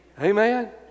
Amen